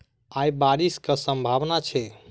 आय बारिश केँ सम्भावना छै?